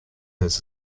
his